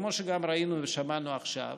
כמו שגם ראינו ושמענו עכשיו,